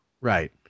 Right